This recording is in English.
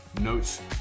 Notes